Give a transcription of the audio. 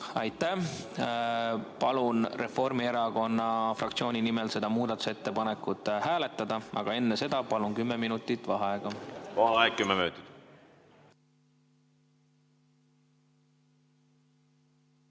Palun Reformierakonna fraktsiooni nimel seda muudatusettepanekut hääletada, aga enne seda palun kümme minutit vaheaega. Vaheaeg kümme minutit.V